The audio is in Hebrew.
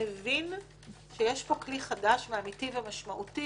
מבין שיש פה כלי חדש ואמתי ומשמעותי.